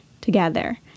together